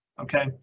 Okay